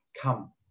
Come